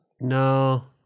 No